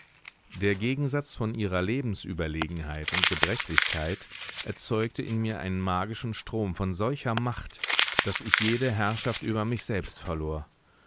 der gegensatz von ihrer lebensüberlegenheit und gebrechlichkeit erzeugte in mir einen magischen strom von solcher macht daß ich jede herrschaft über mich selbst verlor